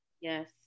yes